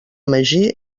magí